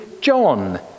John